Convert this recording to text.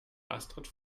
astrid